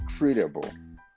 treatable